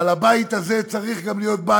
אבל הבית הזה צריך להיות גם בית